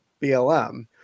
BLM